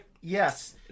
Yes